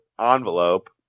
envelope